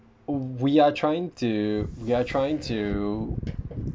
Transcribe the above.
we are trying to we are trying to